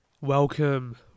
welcome